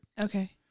Okay